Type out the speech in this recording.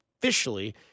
officially